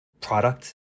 product